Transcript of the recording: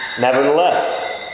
Nevertheless